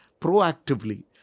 proactively